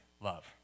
love